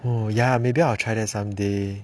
oh ya maybe I'll try that someday